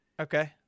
Okay